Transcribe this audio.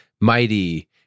mighty